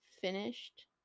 finished